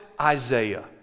Isaiah